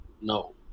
No